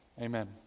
Amen